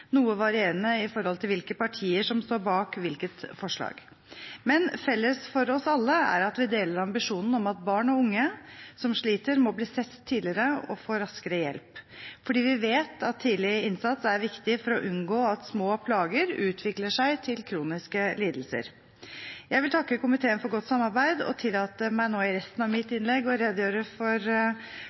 noe varierende med tanke på hvilke partier som står bak hvilke forslag. Men felles for oss alle er at vi deler ambisjonen om at barn og unge som sliter, må bli sett tidligere og få raskere hjelp, fordi vi vet at tidlig innsats er viktig for å unngå at små plager utvikler seg til kroniske lidelser. Jeg vil takke komiteen for godt samarbeid og tillater meg nå i resten av mitt innlegg å redegjøre for